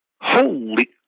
Holy